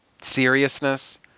seriousness